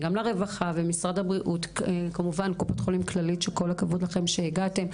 גם למשרדי הרווחה והבריאות ולקופת חולים כללית שכל הכבוד לכם שהגעתם,